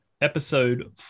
episode